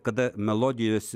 kada melodijos